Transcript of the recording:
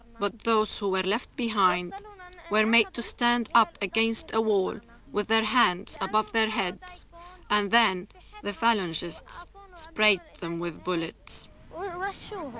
but those who were left behind were made to stand up against a wall with their hands above their heads and then the falen cysts sprayed them with bullets washer ah